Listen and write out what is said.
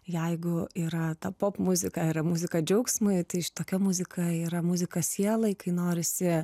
jeigu yra ta popmuzika yra muzika džiaugsmui tai šitokia muzika yra muzika sielai kai norisi